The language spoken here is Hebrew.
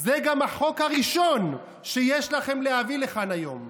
זה גם החוק הראשון שיש לכם להביא לכאן היום.